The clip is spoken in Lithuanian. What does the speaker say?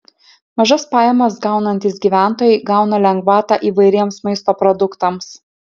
mažas pajamas gaunantys gyventojai gauna lengvatą įvairiems maisto produktams